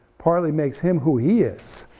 partly makes him who he is,